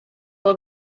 will